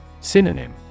Synonym